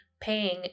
paying